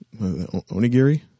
onigiri